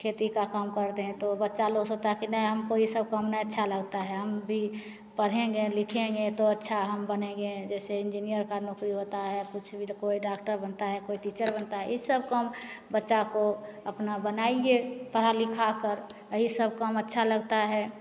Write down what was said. खेती का काम करते हैं तो बच्चा लोग सोचता है कि नहीं हमको यह सब काम नहीं अच्छा लगता है हम भी पढ़ेंगे लिखेंगे तो अच्छा हम बनेंगे जैसे इन्जीनियर की नौकरी होती है कुछ कोई डॉक्टर बनता है कोई टीचर बनता है यह सब को हम बच्चा को अपना बनाइए पढ़ा लिखाकर यही सब काम अच्छा लगता है